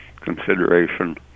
consideration